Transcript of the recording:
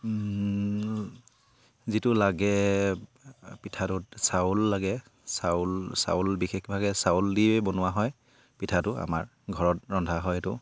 যিটো লাগে পিঠাটোত চাউল লাগে চাউল চাউল বিশেষভাৱে চাউল দি বনোৱা হয় পিঠাটো আমাৰ ঘৰত ৰন্ধা হয় এইটো